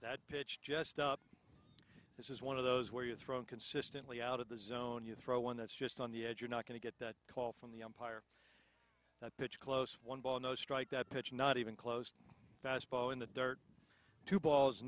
that pitch just up this is one of those where you are thrown consistently out of the zone you throw one that's just on the edge you're not going to get that call from the umpire pitch close one ball no strike that pitch not even close fastball in the dirt two balls